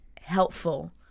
helpful